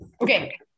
Okay